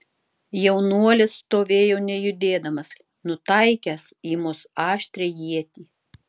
jaunuolis stovėjo nejudėdamas nutaikęs į mus aštrią ietį